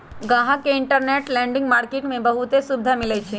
गाहक के interbank lending market में बहुते सुविधा मिलई छई